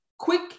quick